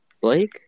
Blake